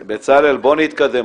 בצלאל, בוא נתקדם.